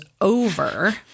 over